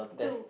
two